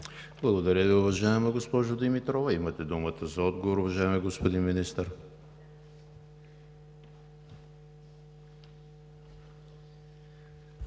Благодаря Ви, уважаема госпожо Ангелова. Имате думата за отговор, уважаеми господин Министър.